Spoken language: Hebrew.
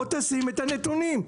תשים את הנתונים,